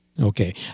Okay